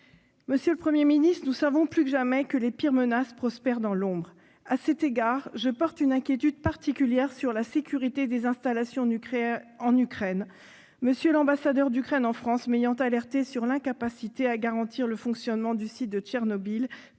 Monsieur le Premier ministre, nous savons plus que jamais que les pires menaces prospèrent dans l'ombre. À cet égard, je souhaite exprimer une inquiétude particulière concernant la sécurité des installations nucléaires en Ukraine, M. l'ambassadeur d'Ukraine en France m'ayant alertée sur l'incapacité du pays à garantir le fonctionnement du site de Tchernobyl,